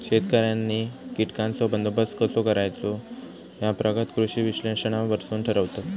शेतकऱ्यांनी कीटकांचो बंदोबस्त कसो करायचो ह्या प्रगत कृषी विश्लेषणावरसून ठरवतत